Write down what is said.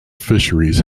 fisheries